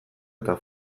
eta